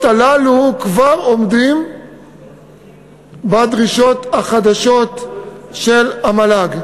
הללו כבר עומדים בדרישות החדשות של המל"ג.